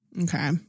Okay